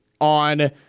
on